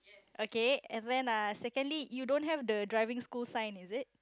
okay and then uh secondly you don't have the driving school sign is it